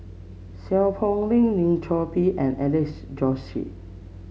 Seow Poh Leng Lim Chor Pee and Alex Josey